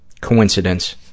coincidence